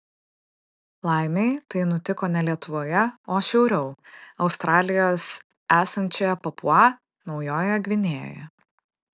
laimei tai nutiko ne lietuvoje o šiauriau australijos esančioje papua naujojoje gvinėjoje